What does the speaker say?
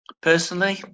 personally